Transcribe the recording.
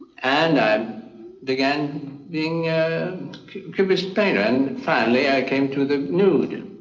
and i um began being a cubist painter and finally i came to the nude.